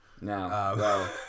No